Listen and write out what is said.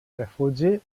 refugi